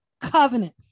covenant